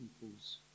people's